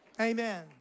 Amen